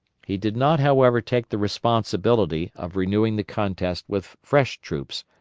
he did not, however, take the responsibility of renewing the contest with fresh troops,